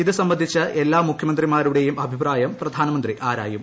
ഇത് സംബന്ധിച്ച് എല്ലാ മുഖ്യമന്ത്രിമാരുടെയും അഭിപ്രായം പ്രധാനമന്ത്രി ആരായും